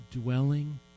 Dwelling